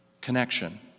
Connection